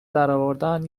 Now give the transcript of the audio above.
درآوردن